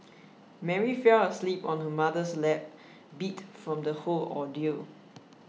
Mary fell asleep on her mother's lap beat from the whole ordeal